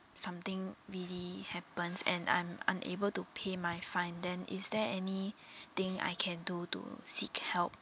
something really happens and I'm unable to pay my fine then is there anything I can do to seek help